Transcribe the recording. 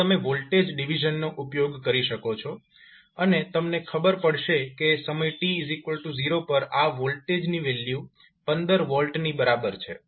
તમે voltage division નો ઉપયોગ કરી શકો છો અને તમને ખબર પડશે કે સમય t0 પર આ વોલ્ટેજની વેલ્યુ 15V ની બરાબર છે